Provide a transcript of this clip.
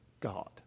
God